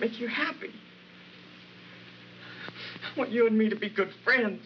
make you happy what you want me to be good friends